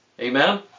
amen